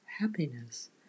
happiness